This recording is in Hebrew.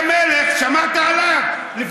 היה מלך, שמעת עליו?